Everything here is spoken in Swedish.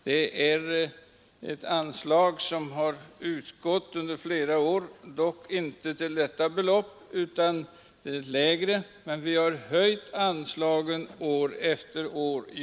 Det är ett anslag som utgått under flera år, dock inte med detta belopp utan med ett lägre; vi har höjt anslaget år efter år.